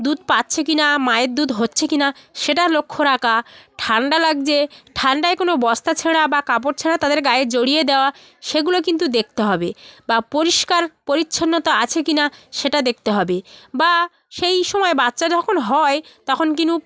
দুধ পাচ্ছে কি না মায়ের দুধ হচ্ছে কি না সেটা লক্ষ রাখা ঠান্ডা লাগছে ঠান্ডায় কোনো বস্তা ছেঁড়া বা কাপড় ছেঁড়া তাদের গায়ে জড়িয়ে দেওয়া সেগুলো কিন্তু দেখতে হবে বা পরিষ্কার পরিচ্ছন্নতা আছে কি না সেটা দেখতে হবে বা সেই সময় বাচ্চা যখন হয় তখন কিন্তু